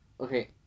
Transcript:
okay